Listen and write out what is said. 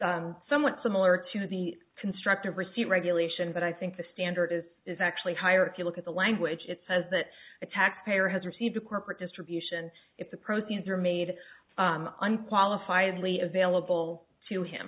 somewhat similar to the constructive receipt regulation but i think the standard is is actually higher if you look at the language it says that a taxpayer has received a corporate distribution if the proceeds are made an qualify and lee available to him